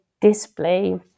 display